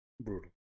brutal